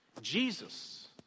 Jesus